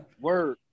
word